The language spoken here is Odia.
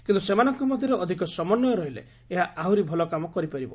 କିନ୍ତୁ ସେମାନଙ୍କ ମଧ୍ୟରେ ଅଧିକ ସମନ୍ୱୟ ରହିଲେ ଏହା ଆହୁରି ଭଲ କାମ କରିପାରିବ